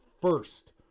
first